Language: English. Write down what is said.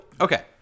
okay